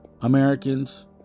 Americans